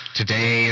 today